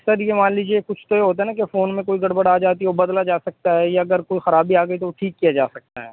سر یہ مان لیجیے کچھ تو یہ ہوتا ہے نہ کہ فون میں کوئی گڑ بڑ آ جاتی ہے وہ بدلا جاسکتا ہے یا اگر کوئی خرابی آ گئی تو وہ ٹھیک کیا جاسکتا ہے